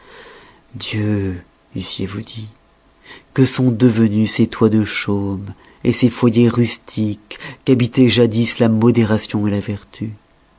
dieux eussiez-vous dit que sont devenus ces toits de chaume ces foyers rustiques qu'habitoient jadis la modération la vertu